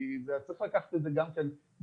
כי צריך לקחת את זה גם כן בחשבון.